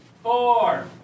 Four